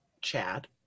Chad